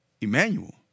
Emmanuel